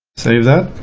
save that,